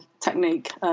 technique